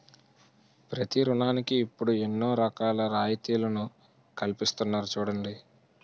ప్రతి ఋణానికి ఇప్పుడు ఎన్నో రకాల రాయితీలను కల్పిస్తున్నారు చూడండి